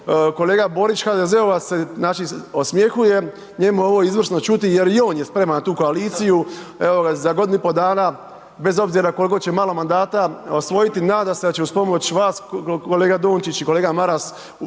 kolega Borić, HDZ-ovac se znači osmjehuje, njemu je ovo čuti jer i on je spreman na tu koaliciju evo ga za godinu i pol dana bez obzira koliko će malo mandata osvojiti nada se da će uz pomoć vas kolega Dončić i kolega Maras upravljati